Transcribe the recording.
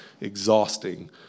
exhausting